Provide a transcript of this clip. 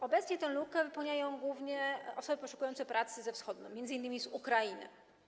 Obecnie lukę tę wypełniają głównie osoby poszukujące pracy ze Wschodu, m.in. z Ukrainy.